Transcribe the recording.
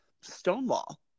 Stonewall